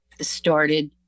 started